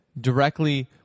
directly